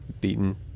beaten